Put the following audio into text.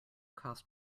costs